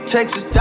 Texas